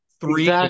three